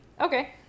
Okay